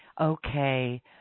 Okay